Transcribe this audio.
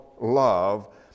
love